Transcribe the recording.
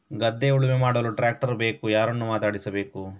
ಗದ್ಧೆ ಉಳುಮೆ ಮಾಡಲು ಟ್ರ್ಯಾಕ್ಟರ್ ಬೇಕು ಯಾರನ್ನು ಮಾತಾಡಿಸಬೇಕು?